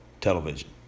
television